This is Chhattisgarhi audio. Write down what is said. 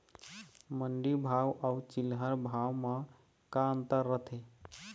मंडी भाव अउ चिल्हर भाव म का अंतर रथे?